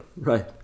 Right